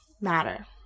matter